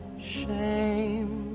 shame